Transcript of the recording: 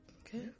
Okay